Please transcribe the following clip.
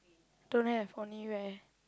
don't have only wear